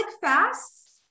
fasts